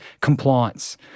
compliance